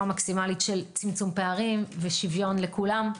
מקסימלית של צמצום פערים ושוויון לכולם.